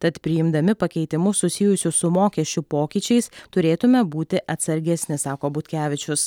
tad priimdami pakeitimus susijusius su mokesčių pokyčiais turėtume būti atsargesni sako butkevičius